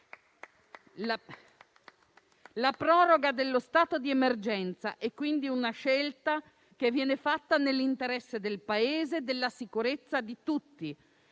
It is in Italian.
La proroga dello stato di emergenza è quindi una scelta che viene fatta nell'interesse del Paese e della sicurezza di tutti.